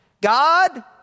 God